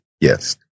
yes